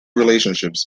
relationships